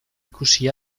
ikusi